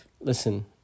Listen